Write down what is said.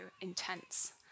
intense